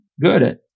good